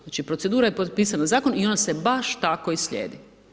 Znači procedura je propisana zakonom i ona se baš tako i slijedi.